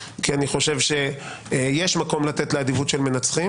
כי אני חושב שיש מקום לתת לאדיבות של מנצחים.